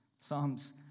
Psalms